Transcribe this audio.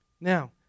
Now